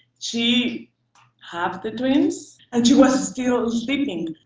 she had the twins, and she was still sleeping.